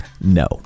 No